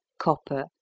copper